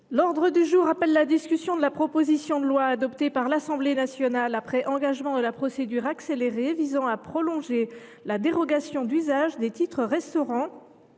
demande du Gouvernement, de la proposition de loi, adoptée par l’Assemblée nationale après engagement de la procédure accélérée, visant à prolonger la dérogation d’usage des titres restaurant